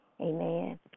Amen